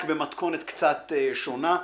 רק במתכונת קצת שונה.